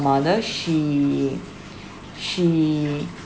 mother she she